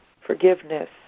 forgiveness